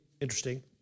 interesting